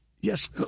Yes